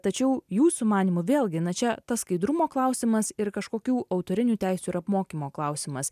tačiau jūsų manymu vėlgi na čia tas skaidrumo klausimas ir kažkokių autorinių teisių ir apmokymo klausimas